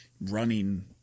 Running